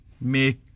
make